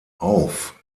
auf